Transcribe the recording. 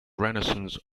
renaissance